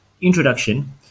introduction